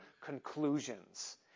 conclusions